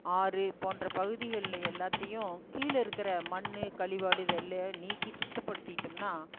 ஆறு போன்ற பகுதிகளில் எல்லாத்தையும் கீழே இருக்கிற மண் கழிபாடு இது எல்லாம் நீக்கி சுத்தப்படுத்திட்டோம்னா